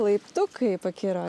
laiptukai pakiro